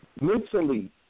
mentally